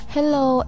Hello